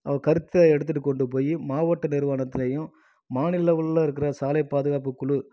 கருத்தை எடுத்துகிட்டு கொண்டு போய் மாவட்ட நிறுவனத்துலேயும் மாநில லெவலில் இருக்கிற சாலை பாதுகாப்பு குழு